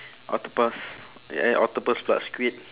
octopus eh octopus pula squid